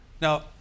Now